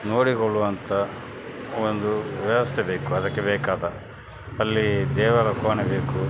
ನೋಡಿಕೊಳ್ಳುವಂಥ ಒಂದು ವ್ಯವಸ್ಥೆ ಬೇಕು ಅದಕ್ಕೆ ಬೇಕಾದ ಅಲ್ಲಿ ದೇವರ ಕೋಣೆ ಬೇಕು